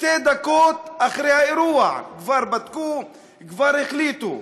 שתי דקות אחרי האירוע כבר בדקו וכבר החליטו.